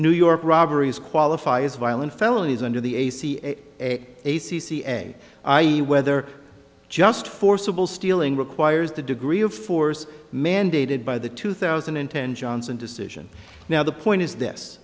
new york robberies qualify as violent felonies under the a c a a c c eg i e whether just forcible stealing requires the degree of force mandated by the two thousand and ten johnson decision now the point is this